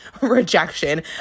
rejection